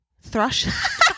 Thrush